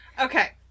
Okay